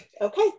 Okay